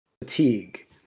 fatigue